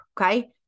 okay